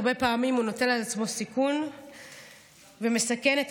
הרבה פעמים הוא נוטל על עצמו סיכון ומסכן את